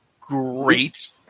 great